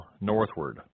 northward